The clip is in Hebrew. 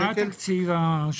מהו התקציב השוטף?